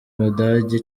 budage